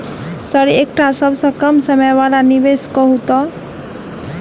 Sir एकटा सबसँ कम समय वला निवेश कहु तऽ?